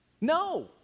No